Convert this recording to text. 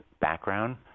background